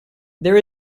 there